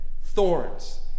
thorns